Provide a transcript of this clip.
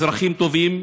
אזרחים טובים,